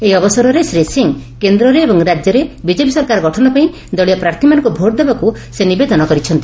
ଏହି ଅବସରରେ ଶ୍ରୀ ସିଂହ କେଦ୍ରରେ ଏବଂ ରାଜ୍ୟରେ ବିଜେପି ସରକାର ଗଠନ ପାଇଁ ଦଳୀୟ ପ୍ରାର୍ଥୀମାନଙ୍ଙ୍ ଭୋଟ୍ ଦେବାକ ସେ ନିବେଦନ କରିଛନ୍ତି